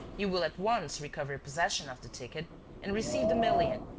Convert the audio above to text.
you will at once recover possession of the ticket and receive the million,